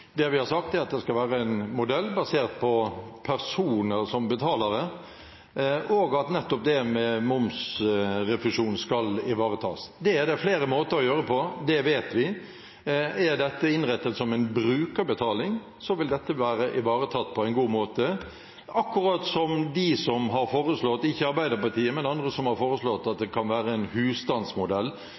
Det vi har sagt, er at det skal være en modell basert på personer som betalere, og at nettopp det med momsrefusjon skal ivaretas. Det er det flere måter å gjøre på. Det vet vi. Er dette innrettet som en brukerbetaling, vil dette være ivaretatt på en god måte, akkurat som i forslaget – ikke fra Arbeiderpartiet, men fra andre – om at det kan være en